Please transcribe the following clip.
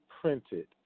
printed